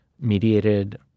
mediated